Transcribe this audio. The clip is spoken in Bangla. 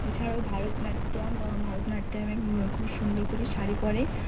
এছাড়াও ভারতনাট্যাম ভারতনাট্যামে খুব সুন্দর করে শাড়ি পরে